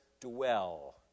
dwell